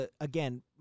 again